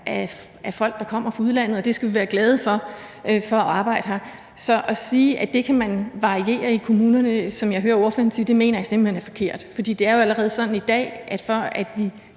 af folk, der kommer fra udlandet – og det skal vi være glade for – for at arbejde her. Så at sige, at det kan man variere i kommunerne, som jeg hører ordføreren sige, mener jeg simpelt hen er forkert. Det er jo allerede sådan i dag, at for at vi